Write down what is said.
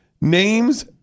names